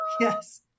Yes